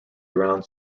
around